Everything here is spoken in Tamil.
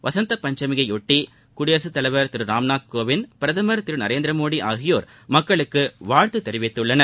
வசந்த பஞ்சமியை யொட்டி குடியரசுத் தலைவர் திரு ராம்நாத் கோவிந்த் பிரதமர் திரு நரேந்திரமோடி ஆகியோர் மக்களுக்கு வாழத்து தெரிவித்துள்ளனர்